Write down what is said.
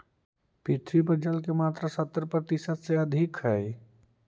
पृथ्वी पर जल के मात्रा सत्तर प्रतिशत से अधिक हई